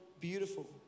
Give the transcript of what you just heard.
beautiful